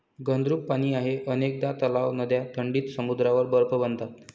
घनरूप पाणी आहे अनेकदा तलाव, नद्या थंडीत समुद्रावर बर्फ बनतात